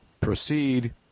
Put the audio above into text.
proceed